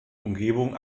umgebung